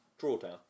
drawdown